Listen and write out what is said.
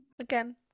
Again